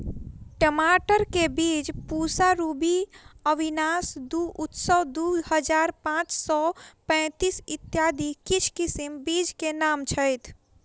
टमाटर केँ बीज पूसा रूबी, अविनाश दु, उत्सव दु हजार पांच सै पैतीस, इत्यादि किछ किसिम बीज केँ नाम छैथ?